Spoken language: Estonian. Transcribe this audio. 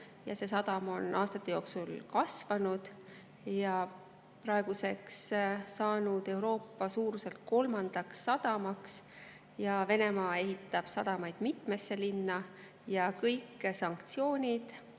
see sadam on aastate jooksul kasvanud ja praeguseks saanud Euroopa suuruselt kolmandaks sadamaks. Venemaa ehitab sadamaid mitmesse linna ja kõik sanktsioonid